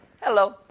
hello